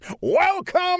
Welcome